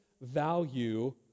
value